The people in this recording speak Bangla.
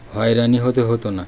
হয়রানি হতে হতো না